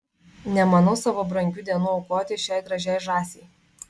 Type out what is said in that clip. nemanau savo brangių dienų aukoti šiai gražiai žąsiai